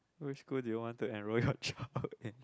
which school do you want to enroll your child in